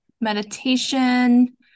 meditation